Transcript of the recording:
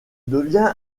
devient